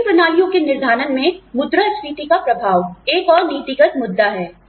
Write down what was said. वेतन प्रणालियों के निर्धारण में मुद्रास्फीति का प्रभाव एक और नीतिगत मुद्दा है